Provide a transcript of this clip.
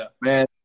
man